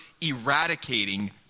eradicating